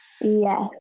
Yes